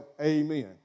amen